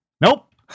Nope